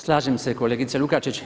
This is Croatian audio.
Slažem se kolegice Lukačić.